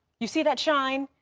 you see that shine